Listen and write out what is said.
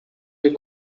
they